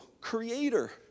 creator